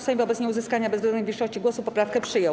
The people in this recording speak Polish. Sejm wobec nieuzyskania bezwzględnej większości głosów poprawkę przyjął.